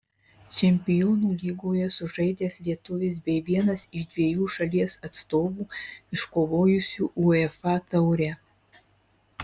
čempionų lygoje sužaidęs lietuvis bei vienas iš dviejų šalies atstovų iškovojusių uefa taurę